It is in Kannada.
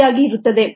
ರೀತಿಯಾಗಿ ಇರುತ್ತದೆ